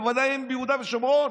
בוודאי אם הם ביהודה ושומרון,